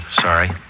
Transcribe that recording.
Sorry